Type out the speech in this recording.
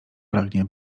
pragnie